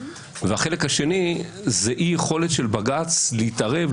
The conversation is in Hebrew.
והחלק השני זה אי-יכולת של בג"ץ להתערב,